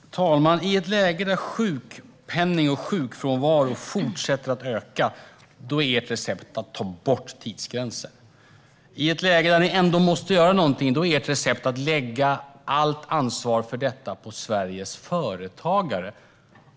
Fru talman! I ett läge där sjukpenning och sjukfrånvaro fortsätter att öka är ert recept att ta bort tidsgränsen. I ett läge där ni ändå måste göra någonting är ert recept att lägga allt ansvar för detta på Sveriges företagare.